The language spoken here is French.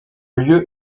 lieu